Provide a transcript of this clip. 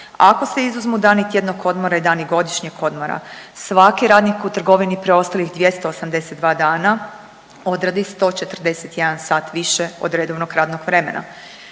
ako se izuzmu dani tjednog odmora i dani godišnjeg odmora svaki radnik u trgovini preostalih 282 dana odradi 141 sat više od redovnog radnog vremena.